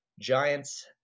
Giants